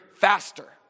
Faster